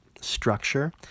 structure